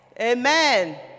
Amen